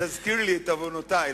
תזכיר לי את עוונותי.